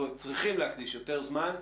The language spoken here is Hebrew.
צריכים להקדיש יותר זמן,